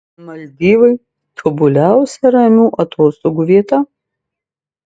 maldyvai tobuliausia ramių atostogų vieta